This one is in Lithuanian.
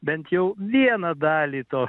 bent jau vieną dalį to